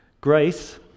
Grace